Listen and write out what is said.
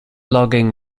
logging